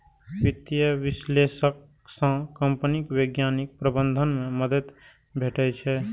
वित्तीय विश्लेषक सं कंपनीक वैज्ञानिक प्रबंधन मे मदति भेटै छै